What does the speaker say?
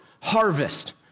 harvest